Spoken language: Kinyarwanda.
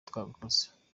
twabikoze